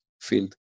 field